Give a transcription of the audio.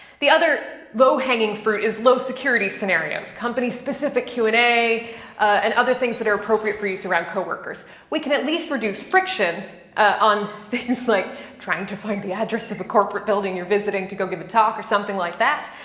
the other low hanging fruit is low-security scenarios, company-specific q and a and other things that are appropriate for use around co-workers. we can at least reduce friction on things like trying to find the address of a corporate building you're visiting to go give a talk or something like that.